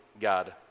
God